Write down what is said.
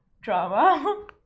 drama